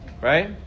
Right